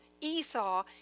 Esau